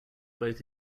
both